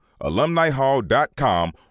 alumnihall.com